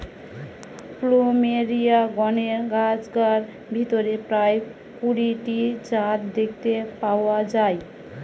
plumeria গণের গাছগার ভিতরে প্রায় কুড়ি টি জাত দেখতে পাওয়া যায়